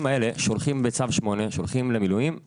האלה שהולכי שהולכים למילואים בצו 8,